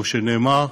כמו שנאמר,